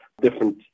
different